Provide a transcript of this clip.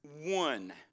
one